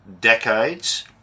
decades